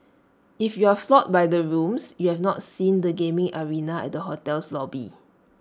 if you're floored by the rooms you have not seen the gaming arena at the hotel's lobby